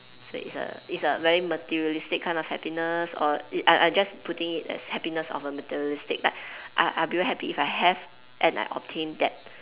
so it's a it's a very materialistic kind of happiness or I I I just just putting it as happiness of a materialistic like I I will be very happy if I have and I obtained that